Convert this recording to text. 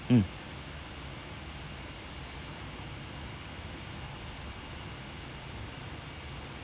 mm